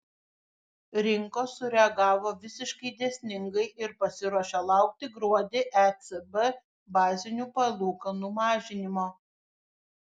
rinkos sureagavo visiškai dėsningai ir pasiruošė laukti gruodį ecb bazinių palūkanų mažinimo